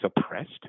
suppressed